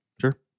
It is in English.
Sure